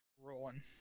rolling